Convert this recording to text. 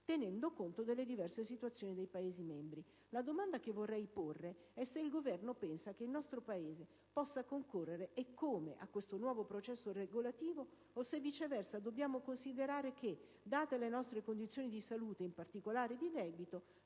tenendo conto delle diverse situazioni dei Paesi membri. La domanda che vorrei porre è se il Governo pensa che il nostro Paese possa concorrere, e come, a questo nuovo processo regolativo o se, viceversa, dobbiamo considerare che, date le nostre condizioni di salute, e in particolare di debito,